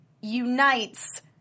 unites